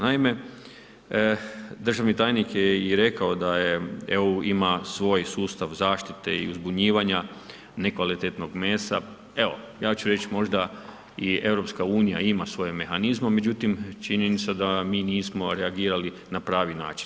Naime, državni tajnik je i rekao da je EU ima svoj sustav zaštite i uzbunjivanja nekvalitetnog mesa, evo ja ću reći možda i EU ima svoje mehanizam, međutim, čini mi se da mi nismo reagirali na pravi način.